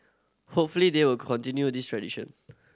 hopefully they will continue this tradition